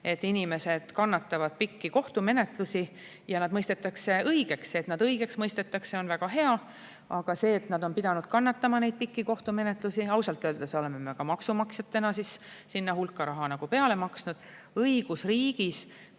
et inimesed kannatavad pikki kohtumenetlusi ja nad mõistetakse õigeks. Et nad õigeks mõistetakse, on väga hea, aga mitte see, et nad on pidanud kannatama pikki kohtumenetlusi. Ausalt öeldes oleme me ka maksumaksjatena sinna hulk raha peale maksnud. Õigusriigis